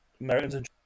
americans